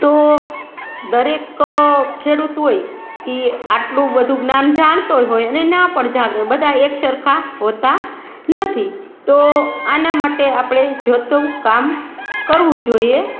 તો દરેક ખેડૂત હોય એ આટલું બધું જ્ઞાન જાણતોય હોય અને ના પણ જાણે બધાય એકસરખા હોતા નથી તો આના માટે આપણે જોતું કામ કરવું જોઈએ